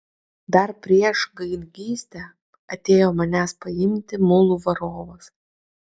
dar prieš gaidgystę atėjo manęs paimti mulų varovas